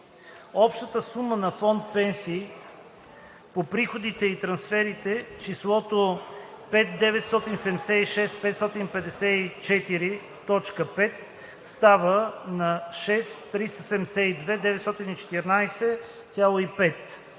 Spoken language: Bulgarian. общата сума на фонд „Пенсии“ по приходите и трансферите, числото „5 976 554,5“ става „6 372 914,5“;